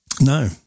No